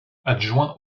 adjoint